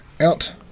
out